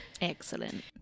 Excellent